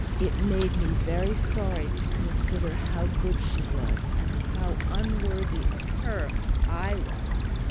it made me very sorry to consider how good she was and how unworthy of her i was,